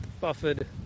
buffered